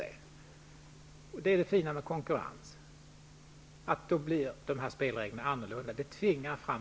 Nej, just det. Det är det fina med konkurrens, nämligen att spelreglerna blir annorlunda.